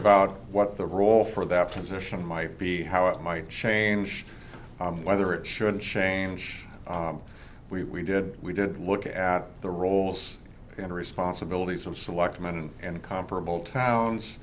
about what the role for that position might be how it might change whether it should change we we did we did look at the roles and responsibilities of selectmen and comparable towns